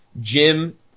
Jim